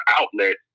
outlet